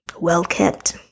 well-kept